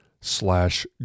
slash